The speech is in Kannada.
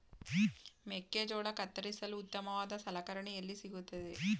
ಮೆಕ್ಕೆಜೋಳ ಕತ್ತರಿಸಲು ಉತ್ತಮವಾದ ಸಲಕರಣೆ ಎಲ್ಲಿ ಸಿಗುತ್ತದೆ?